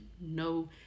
no